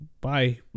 bye